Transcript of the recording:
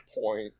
point